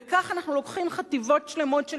וכך אנחנו לוקחים חטיבות שלמות של